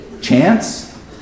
Chance